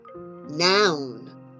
Noun